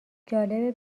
جالبه